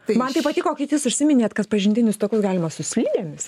tai man tai patiko kait jūs užsiminėt kad pažintinius takus galima su slidėmis